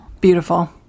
beautiful